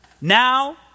Now